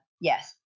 yes